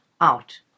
out